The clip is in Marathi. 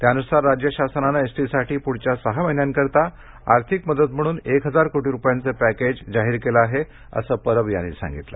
त्यानुसार राज्य शासनानं एसटीसाठी पुढच्या सहा महिन्यांकरता आर्थिक मदत म्हणून एक हजार कोटी रुपयांच पॅकेज जाहीर केलं आहे असं परब यांनी सांगितलं